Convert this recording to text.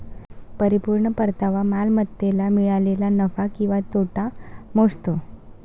परिपूर्ण परतावा मालमत्तेला मिळालेला नफा किंवा तोटा मोजतो